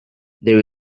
there